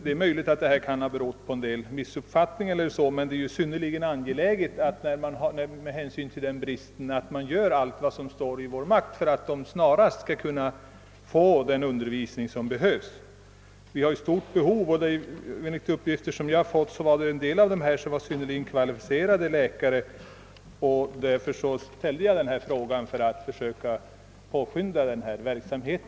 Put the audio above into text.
Det är möjligt att detta missnöje kan ha sin grund i missuppfattningar, men det är med hänsyn till bristsituationen angeläget att allt vad som står i vår makt görs för att de aktuella läkarna snarast skall få den undervisning som behövs. Behovet av undervisning är ju mycket stort. Enligt de uppgifter jag fått är en del av dessa läkare synnerligen kvalificerade. Jag framställde min fråga därför att jag ville försöka påskynda denna verksamhet.